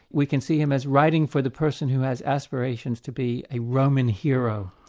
we can see him as writing for the person who has aspirations to be a roman hero,